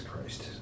Christ